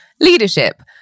leadership